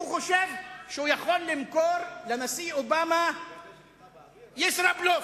הוא חושב שהוא יכול למכור לנשיא אובמה ישראבלוף.